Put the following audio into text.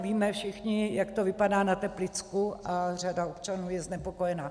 Víme všichni, jak to vypadá na Teplicku, a řada občanů je znepokojena.